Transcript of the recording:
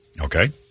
Okay